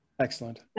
Excellent